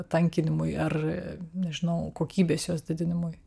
tankinimui ar nežinau kokybės jos didinimui